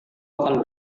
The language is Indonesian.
akan